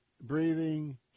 breathing